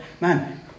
Man